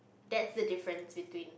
that's the difference between